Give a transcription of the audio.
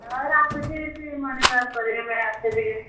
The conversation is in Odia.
ହଁ ଏଇ ଆସୁଛି ଏଇଠି ମର୍ଣ୍ଣିଂ ୱାକ୍ କରିବା ପାଇଁଁ ଆସେ ଟିକେ